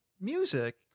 music